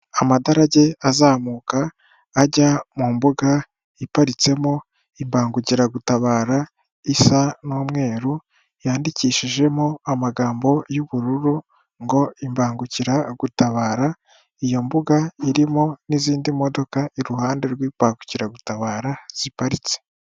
Amadarage azamuka ajya mu mbuga iparitsemo imbangukiragutabara isa n'umweru, yandikishijemo amagambo y'ubururu ngo: "Imbangukiragutabara", iyo mbuga irimo n'izindi modoka iruhande rw'imbangukiragutabara ziparitse.